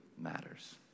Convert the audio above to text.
matters